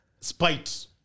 Spite